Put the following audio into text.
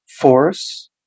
force